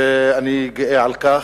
ואני גאה על כך.